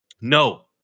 No